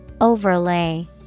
Overlay